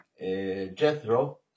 Jethro